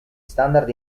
standard